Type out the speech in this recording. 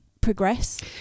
progress